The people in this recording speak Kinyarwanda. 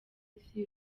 isi